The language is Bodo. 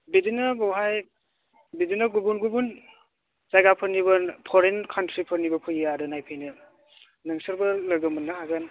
बिदिनो बेवहाय बिदिनो गुबुन गुबुन जायगाफोरनिबो फरैन काउट्रिफोरनिबो फैयो आरो नायनो नोंसोरबो लोगो मोननो हागोन